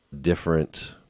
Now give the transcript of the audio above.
different